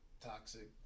Toxic